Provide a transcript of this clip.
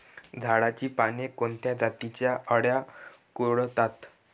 झाडाची पाने कोणत्या जातीच्या अळ्या कुरडतात?